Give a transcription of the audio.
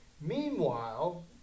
Meanwhile